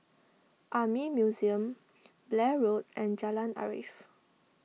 Army Museum Blair Road and Jalan Arif